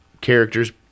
characters